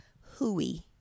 hooey